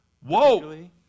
Whoa